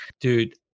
dude